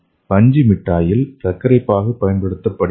பஞ்சு மிட்டாயில் சர்க்கரைப்பாகு பயன்படுத்தப்படுகிறது